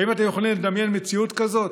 האם אתם יכולים לדמיין מציאות כזאת?